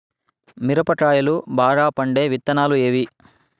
మిరప కాయలు బాగా పండే విత్తనాలు ఏవి